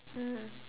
mm